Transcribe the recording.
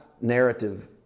narrative